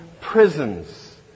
prisons